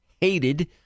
hated